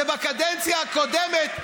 שבקדנציה הקודמת,